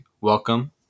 Welcome